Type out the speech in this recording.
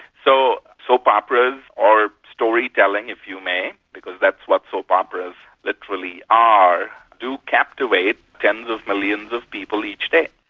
so soap operas or storytelling, if you may, because that's what soap operas literally are do captivate tens of millions of people each day.